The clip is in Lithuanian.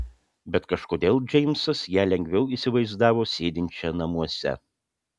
bet kažkodėl džeimsas ją lengviau įsivaizdavo sėdinčią namuose